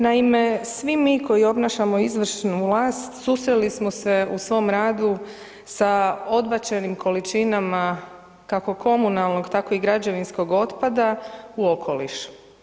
Naime, svi mi koji obnašamo izvršnu vlast susreli smo se u svom radu sa odbačenim količinama kako komunalnog tako i građevinskog otpada u okoliš.